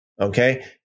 Okay